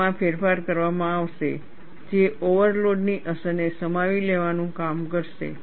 તેમાં ફેરફાર કરવામાં આવશે જે ઓવરલોડની અસરને સમાવી લેવાનું કામ કરશે